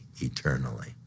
eternally